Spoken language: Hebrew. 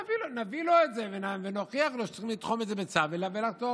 נביא לו את זה ונוכיח לו שצריכים לתחום את זה בצו ולחתום.